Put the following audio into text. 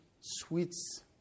sweets